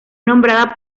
nombrada